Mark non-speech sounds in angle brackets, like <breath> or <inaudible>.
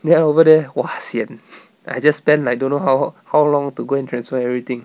then I over there !wah! sian <breath> I just spend like don't know how how long to go and transfer everything